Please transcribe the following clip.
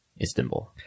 Istanbul